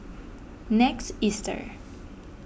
next Easter